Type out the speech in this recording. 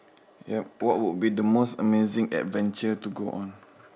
yup what would be the most amazing adventure to go on